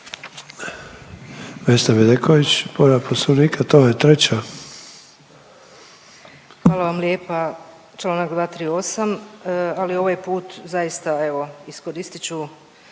Hvala vam lijepa. Članak 238., ali ovaj put zaista evo iskoristi ću